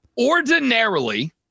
Ordinarily